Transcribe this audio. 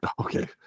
Okay